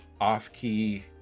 off-key